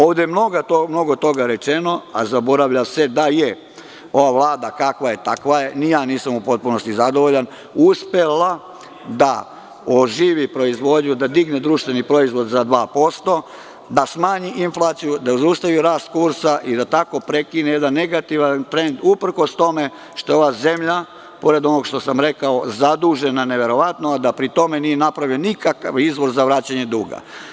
Ovde je mnogo toga rečeno, a zaboravlja se da je ova Vlada, kakva je, takva je, ni ja nisam u potpunosti zadovoljan, uspela da oživi proizvodnju, da digne društveni proizvod za 2%, da smanji inflaciju, da zaustavi rast kursa i da tako prekine jedan negativan trend, uprkos tome što je ova zemlja, pored onoga što sam rekao, zadužena neverovatno, a da pri tome nije napravljen nikakav izbor za vraćanje duga.